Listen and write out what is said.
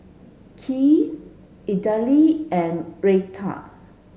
Kheer Idili and Raita